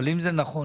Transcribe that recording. אבל אם זה נכון,